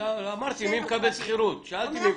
שאלתי מי מקבל שכירות.